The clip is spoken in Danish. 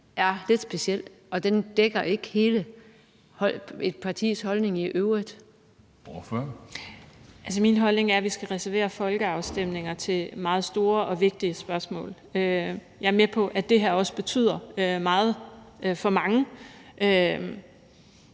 Kristensen): Ordføreren. Kl. 17:57 Karina Lorentzen Dehnhardt (SF): Altså, min holdning er, at vi skal reservere folkeafstemninger til meget store og vigtige spørgsmål. Jeg er med på, at det her også betyder meget for mange,